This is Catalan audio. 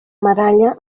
medalla